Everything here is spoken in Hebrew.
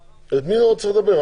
עם מי עוד צריך לדבר?